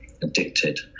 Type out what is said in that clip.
addicted